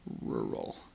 Rural